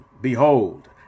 behold